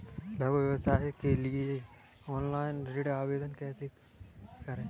लघु व्यवसाय के लिए ऑनलाइन ऋण आवेदन कैसे करें?